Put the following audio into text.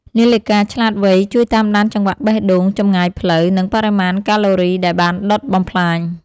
នាឡិកាឆ្លាតវៃ ជួយតាមដានចង្វាក់បេះដូង ចម្ងាយផ្លូវ និងបរិមាណកាឡូរីដែលបានដុតបំផ្លាញ។